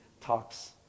talks